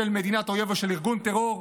של מדינת אויב או של ארגון טרור,